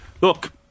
Look